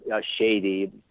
shady